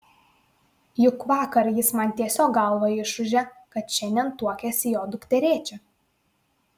juk vakar jis man tiesiog galvą išūžė kad šiandien tuokiasi jo dukterėčia